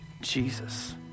Jesus